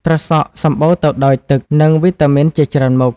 ត្រសក់ សម្បូរទៅដោយទឹក និងវីតាមីនជាច្រើនមុខ។